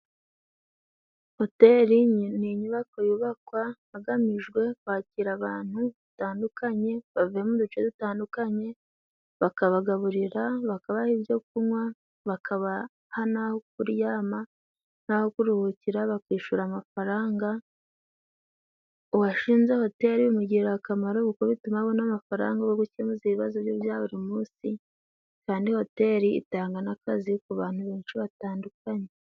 Hoteri ni inyubako yubakwa hagamijwe kwakira abantu batandukanye bavuye mu duce dutandukanye, bakabagaburira, bakabaha ibyo kunywa, bakabaha n'aho kuryama n'aho kuruhukira, bakishura amafaranga. Uwashinze hoteri bimugirira akamaro kuko bituma abona amafaranga yo gukemura ibibazo bye bya buri munsi, kandi hoteri itanga n'akazi ku bantu benshi batandukanye.